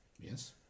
Yes